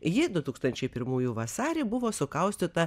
ji du tūkstančiai pirmųjų vasarį buvo sukaustyta